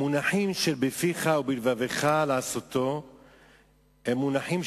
המונחים שבפיך ובלבבך לעשותו הם מונחים שונים,